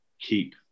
keep